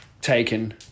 taken